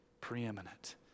preeminent